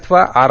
अथवा आर